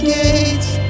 gates